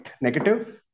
negative